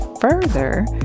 further